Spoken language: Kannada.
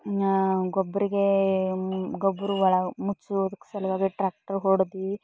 ಗೊಬ್ಬರಕ್ಕೆ ಗೊಬ್ಬರ ಒಳ ಮುಚ್ಚೋದು ಸಲುವಾಗಿ ಟ್ರ್ಯಾಕ್ಟರ್ ಹೊಡ್ದು